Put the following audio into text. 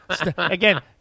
Again